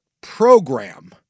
program